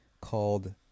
called